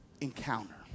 encounter